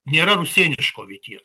nėra nėra rusėniško vyties